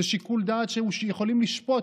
זה שיקול דעת שהם יכולים לשפוט,